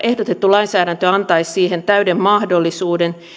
ehdotettu lainsäädäntö antaisi siihen täyden mahdollisuuden